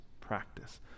Practice